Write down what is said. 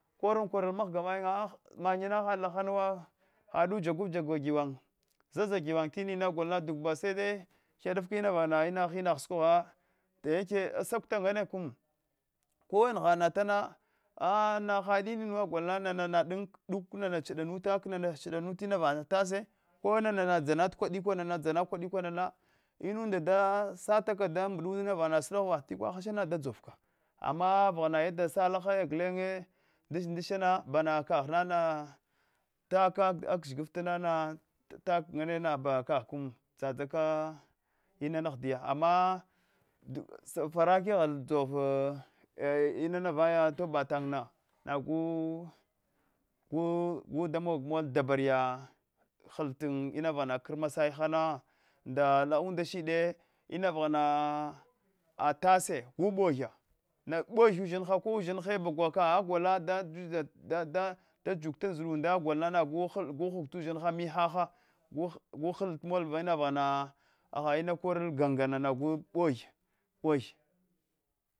Koran korl mghga manyin a mannya had lahanuwa hadu jaguu jagwa giwan ha zha giwan hinana gol dugwa bashte ghyadaf ka inana hinana sukogh daya kea ns sakuta nana kow na nghanat duk nana na ha inun iniwa chedanulta duk nana chudanuta vana vaghana dan tese kona dzanata kwadikwa dzana kwadina inunda sataka da mbata ta sudovo tikwa hashena da dzovka ama vaghana yada sa lahaya gun ndish ndishana bana kagha taka gizhifta nana takon banka kagh kam dzaka inana ahdiya ama safara kaghel dzovl inana antobatahan nagh gu gu domogh mpol dabariya hal tina vaghana kr masai hana nda ghana ala unda shid ina vaghana tesa g umbo ghya na mbzghya uzhinha ko uzhinne bagwa kaghka gol da juta tandzida da juta han ndzida unda gu hal gu host uzhin ha mihaha guhal nwl ina vaghana koral gangana mbi ghyata mbogh mbogh